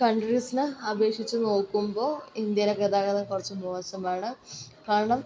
കൺട്രീസിനെ അപേക്ഷിച്ചു നോക്കുമ്പോൾ ഇന്ത്യയിലെ ഗതാഗതം കുറച്ച് മോശമാണ് കാരണം